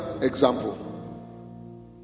example